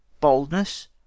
boldness